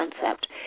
concept